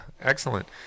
Excellent